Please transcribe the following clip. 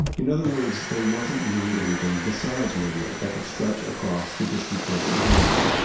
in other words, there wasn't really anything besides radio that could stretch across the distances involved,